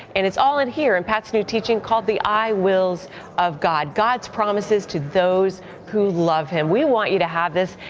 and it's all here, in pat's new teaching, called the i will of god, god's promises to those who love him. we want you to have this,